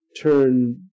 turn